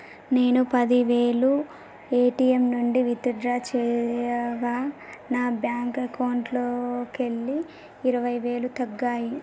నేను పది వేలు ఏ.టీ.యం నుంచి విత్ డ్రా చేయగా నా బ్యేంకు అకౌంట్లోకెళ్ళి ఇరవై వేలు తగ్గాయి